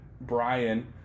Brian